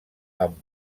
amb